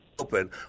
open